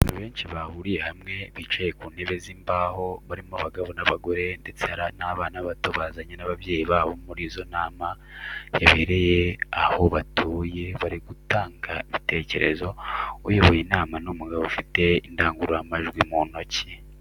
Abantu benshi bahuriye hamwe bicaye ku ntebe z'imbaho barimo abagabo n'abagore ndetse hari n'abana bato bazanye n'ababyeyi babo bari mu nama yabereye aho batuye bari gutanga ibitekerezo, uyoboye inama ni umugabo afite indangururamajwi mu ntoki.